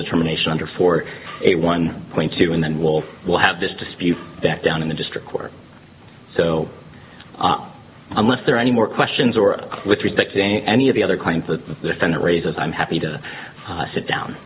determination under four a one point two and then we'll we'll have this dispute back down in the district court so unless there are any more questions or with respect to any of the other claims that the senate raises i'm happy to sit down